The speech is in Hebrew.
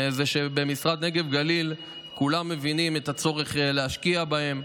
זה שבמשרד הנגב והגליל כולם מבינים את הצורך להשקיע בהם,